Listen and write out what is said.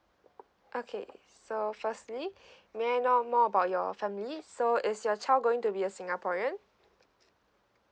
okay so firstly may I know more about your family so is your child going to be a singaporean